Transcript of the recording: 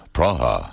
Praha